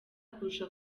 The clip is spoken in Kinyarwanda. kurusha